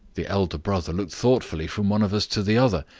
the elder brother looked thoughtfully from one of us to the other.